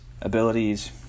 abilities